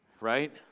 Right